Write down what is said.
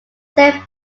saint